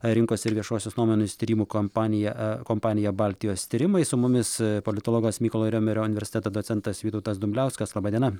rinkos ir viešosios nuomonės tyrimų kompanija kompanija baltijos tyrimai su mumis politologas mykolo riomerio universiteto docentas vytautas dumbliauskas laba diena